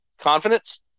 confidence